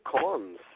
cons